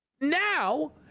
now